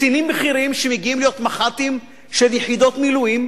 קצינים בכירים שמגיעים להיות מח"טים של יחידות מילואים